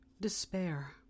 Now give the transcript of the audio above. Despair